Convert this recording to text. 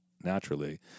naturally